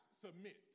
submit